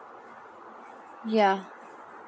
ya